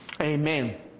Amen